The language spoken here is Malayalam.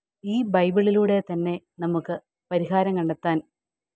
ഈ ബൈബിളിലൂടെ തന്നെ നമുക്ക് പരിഹാരം കണ്ടെത്താൻ